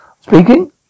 speaking